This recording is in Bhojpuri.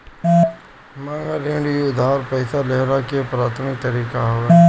मांग ऋण इ उधार पईसा लेहला के प्राथमिक तरीका हवे